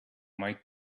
might